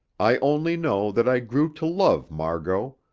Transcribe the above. i only know that i grew to love margot,